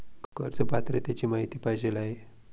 कर्ज पात्रतेची माहिती पाहिजे आहे?